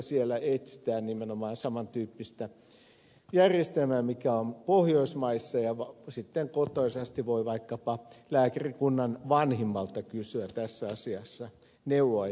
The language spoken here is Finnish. siellä etsitään nimenomaan saman tyyppistä järjestelmää mikä on pohjoismaissa ja sitten kotoisasti voi vaikkapa lääkärikunnan vanhimmalta kysyä tässä asiassa neuvoa ja mielipidettä